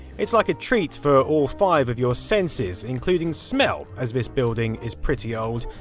it's like a treat for all five of your senses. including smell, as this building is pretty old.